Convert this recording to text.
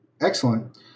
Excellent